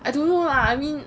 I don't know lah I mean